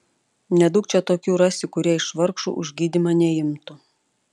nedaug čia tokių rasi kurie iš vargšų už gydymą neimtų